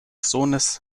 sohnes